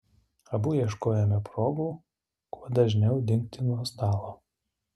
abu ieškojome progų kuo dažniau dingti nuo stalo